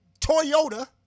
Toyota